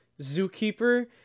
Zookeeper